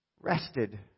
rested